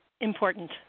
Important